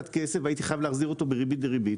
והייתי חייב להחזיר אותו בריבית דריבית.